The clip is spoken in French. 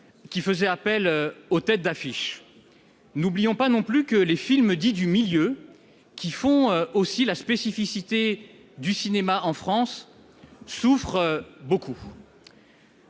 qui faisait appel aux têtes d'affiche, n'oublions pas non plus que les films dits du milieu qui font aussi la spécificité du cinéma en France souffre beaucoup.